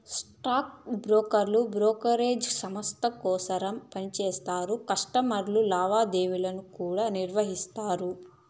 stock బ్రోకర్లు brokerage సంస్త కోసరం పనిచేస్తా కస్టమర్ల లావాదేవీలను కూడా నిర్వహిస్తారు